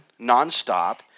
nonstop